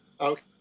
Okay